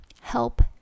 help